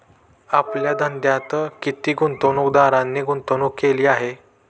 आपल्या धंद्यात किती गुंतवणूकदारांनी गुंतवणूक केली आहे?